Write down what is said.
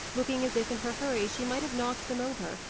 looking as if in her hurry she might have knocked them over,